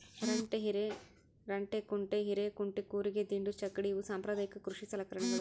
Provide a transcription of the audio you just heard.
ರಂಟೆ ಹಿರೆರಂಟೆಕುಂಟೆ ಹಿರೇಕುಂಟೆ ಕೂರಿಗೆ ದಿಂಡು ಚಕ್ಕಡಿ ಇವು ಸಾಂಪ್ರದಾಯಿಕ ಕೃಷಿ ಸಲಕರಣೆಗಳು